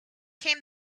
came